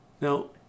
Now